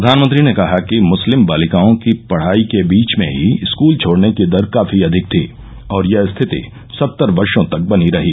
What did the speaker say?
प्रधानमंत्री ने कहा कि मुस्लिम बालिकाओं की पढ़ाई के बीच में ही स्कूल छोडने की दर काफी अधिक थी और यह स्थिति सत्तर वर्षो तक बनी रही